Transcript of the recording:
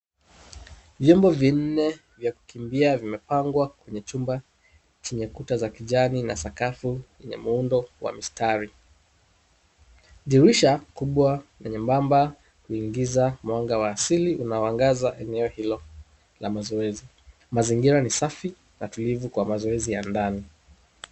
Vyombo vinne vya kukimbia vimepangwa kwenye chumba chenye kuta za kijani na sakafu yenye muundo wa mistari. Dirisha kubwa lenye mwamba huingiza mwanga wa asili unaoangaza eneo hilo la mazoezi. Mazingira ni safi na tulivu kwa mazoezi ya ndani.